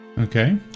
Okay